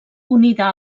unida